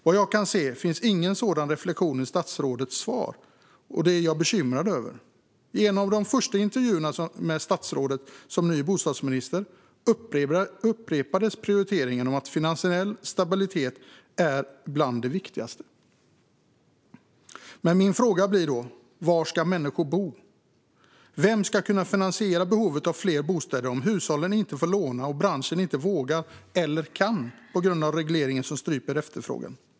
Vad jag hörde fanns ingen sådan reflektion i statsrådets svar, vilket bekymrar mig, och i de första intervjuerna med statsrådet som ny bostadsminister upprepades att finansiell stabilitet är prioriterat. Mina frågor blir då: Var ska människor bo? Vem ska finansiera fler bostäder om hushållen inte får låna och branschen inte vågar eller kan på grund av regleringar som stryper efterfrågan?